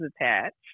attached